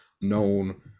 known